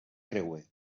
creuer